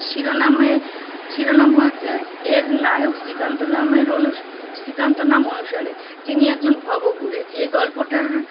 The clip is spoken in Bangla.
শিরোনামে শিরোনাম হয়েছে এর নায়ক শ্রীকান্ত নামের অনুস শ্রীকান্ত নাম অনুসারে যিনি একজন ভবঘুরে এই গল্পটার